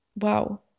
wow